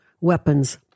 weapons